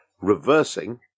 reversing